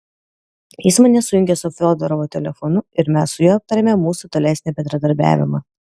jis mane sujungė su fiodorovu telefonu ir mes su juo aptarėme mūsų tolesnį bendradarbiavimą